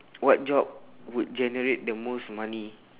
what job would generate the most money